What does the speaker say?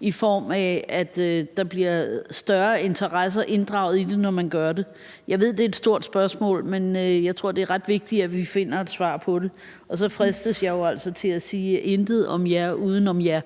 i form af at der bliver større interesser inddraget i det, når man gør det? Jeg ved, at det er et stort spørgsmål, men jeg tror, at det er ret vigtigt, at vi finder et svar på det. Og så fristes jeg jo til at sige: intet om jer uden om jer.